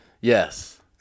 Yes